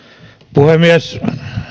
puhemies